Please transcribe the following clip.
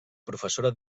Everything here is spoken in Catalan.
professora